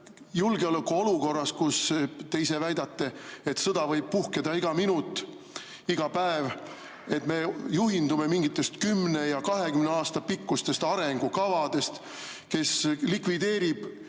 julgeolekuolukorras, kus te ise väidate, et sõda võib puhkeda iga minut, iga päev, et me juhindume mingitest 10 ja 20 aasta pikkustest arengukavadest, kes likvideerib